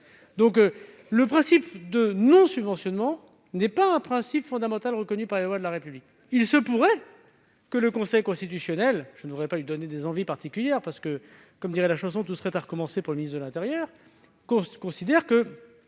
Le principe de non-subventionnement n'est donc pas un principe fondamental reconnu par les lois de la République. Il se pourrait que le Conseil constitutionnel- je ne voudrais pas lui donner des idées, parce que, comme le dit la chanson, tout serait à recommencer pour le ministre de l'intérieur -considère que